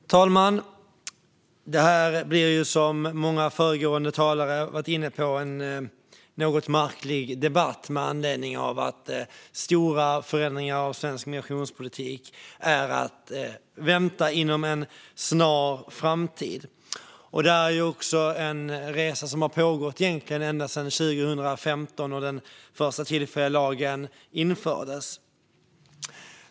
Fru talman! Detta blir, som många föregående talare har varit inne på, en något märklig debatt. Stora förändringar av svensk migrationspolitik är ju att vänta inom en snar framtid. Detta är egentligen en resa som har pågått sedan 2015, då den första tillfälliga lagen infördes.